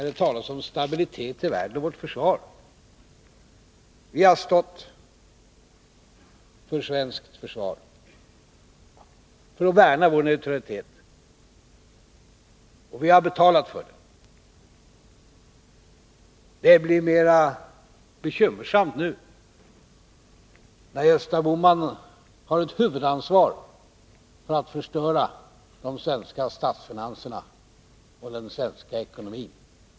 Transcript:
Det talas om stabilitet i världen och vårt försvar. Vi har stått för svenskt försvar för att värna vår neutralitet, och vi har betalat för det. Det blir mera bekymmersamt nu, när Gösta Bohman har ett huvudansvar för att de svenska statsfinanserna och den svenska ekonomin har förstörts.